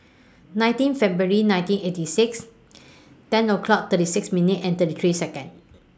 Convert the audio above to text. nineteen February nineteen eighty six ten o'clock thirty six minutes and thirty three Seconds